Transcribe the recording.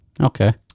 Okay